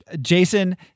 Jason